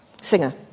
Singer